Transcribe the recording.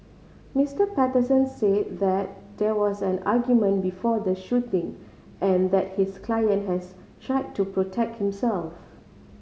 Mister Patterson said that there was an argument before the shooting and that his client has tried to protect himself